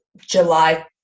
July